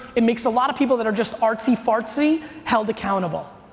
it makes a lot of people that are just artsy-fartsy held accountable.